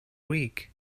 week